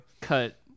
Cut